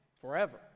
forever